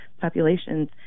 populations